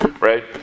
right